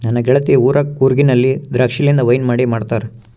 ನನ್ನ ಗೆಳತಿ ಊರಗ ಕೂರ್ಗಿನಲ್ಲಿ ದ್ರಾಕ್ಷಿಲಿಂದ ವೈನ್ ಮಾಡಿ ಮಾಡ್ತಾರ